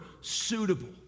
suitable